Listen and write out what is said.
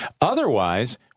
Otherwise